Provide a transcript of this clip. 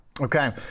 Okay